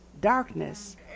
darkness